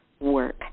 work